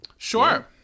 sure